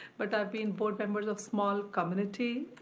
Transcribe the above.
but i've been board members of small community,